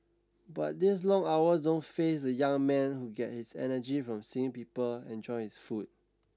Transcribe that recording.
but these long hours don't faze the young man who get his energy from seeing people enjoy his food